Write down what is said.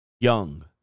young